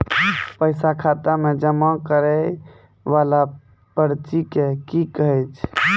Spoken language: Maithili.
पैसा खाता मे जमा करैय वाला पर्ची के की कहेय छै?